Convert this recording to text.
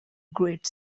great